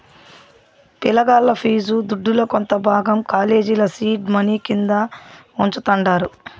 పిలగాల్ల ఫీజు దుడ్డుల కొంత భాగం కాలేజీల సీడ్ మనీ కింద వుంచతండారు